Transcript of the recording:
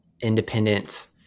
independence